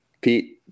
Pete